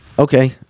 Okay